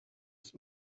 ist